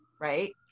Right